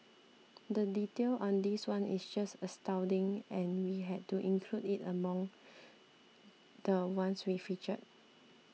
the detail on this one is just astounding and we had to include it among the ones we featured